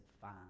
fine